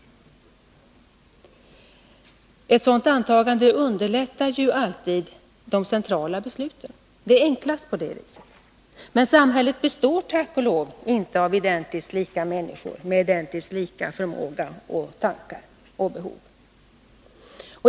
Ett sådant antagande underlättar onekligen centrala beslut. Men samhället består tack och lov inte av identiskt lika människor med identiskt lika förmåga, tankar och behov.